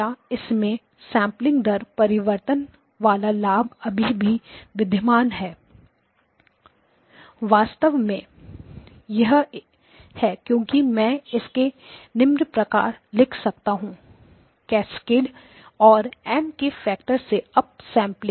क्या इसमें सेंपलिंग दर परिवर्तन वाला लाभ अभी भी विद्यमान है वास्तव में यह है क्योंकि मैं इसे निम्न प्रकार लिख सकता हूं 1 Z M कैस्केड 11 Z 1 और M के फैक्टर से अप सेंपलिंग